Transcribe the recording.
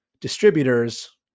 distributors